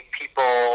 people